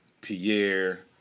Pierre